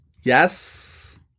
Yes